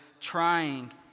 trying